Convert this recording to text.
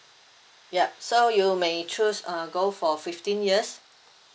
yup so you may choose uh go for fifteen years